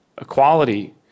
Equality